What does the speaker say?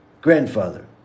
grandfather